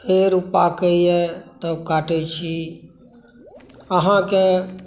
फेर ओ पाकैया तब काटै छी अहाँके